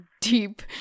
deep